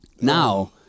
now